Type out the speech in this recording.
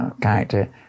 character